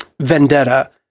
vendetta